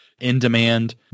in-demand